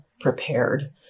prepared